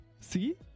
See